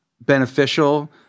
beneficial